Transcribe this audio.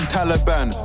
Taliban